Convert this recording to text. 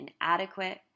inadequate